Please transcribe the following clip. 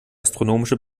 astronomische